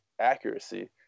accuracy